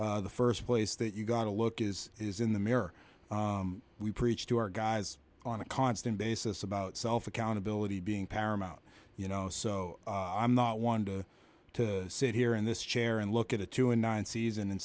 that the first place that you've got to look is is in the mirror we preach to our guys on a constant basis about self accountability being paramount you know so i'm not one to to sit here in this chair and look at a two and nine season and